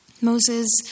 Moses